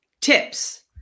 tips